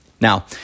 Now